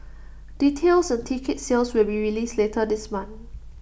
details on ticket sales will be released later this month